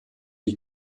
die